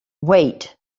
wait